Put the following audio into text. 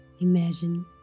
imagine